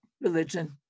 religion